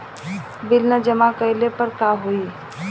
Bill न जमा कइले पर का होई?